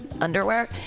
Underwear